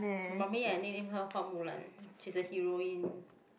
my mummy I name her Hua-Mulan she is a heroine